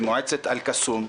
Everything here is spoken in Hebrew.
במועצת אל-קסום,